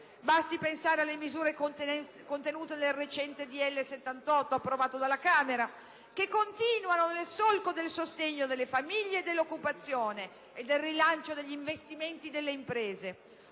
Basti pensare alle misure contenute nel recente decreto-legge n. 78, approvato dalla Camera, che continuano nel solco del sostegno delle famiglie e dell'occupazione e del rilancio degli investimenti delle imprese.